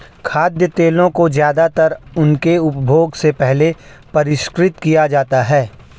खाद्य तेलों को ज्यादातर उनके उपभोग से पहले परिष्कृत किया जाता है